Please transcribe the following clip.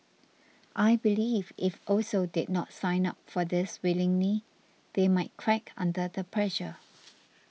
I believe if also did not sign up for this willingly they might crack under the pressure